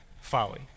folly